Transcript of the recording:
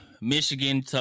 Michigan